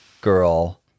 girl